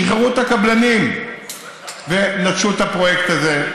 שחררו את הקבלנים ונטשו את הפרויקט הזה.